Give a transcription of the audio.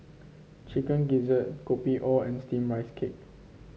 Chicken Gizzard Kopi O and steamed Rice Cake